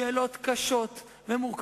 שאלות קשות ומורכבות.